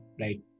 right